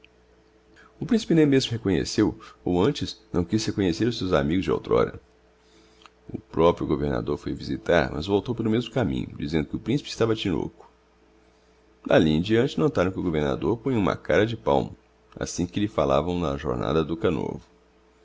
o principe nem mesmo reconheceu ou antes não quiz reconhecer os seus amigos de outrora o proprio governador o foi visitar mas voltou pelo mesmo caminho dizendo que o principe estava tinôco d'alli em deante notaram que o governador punha uma cara de palmo assim que lhe falavam na jornada